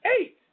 eight